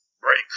break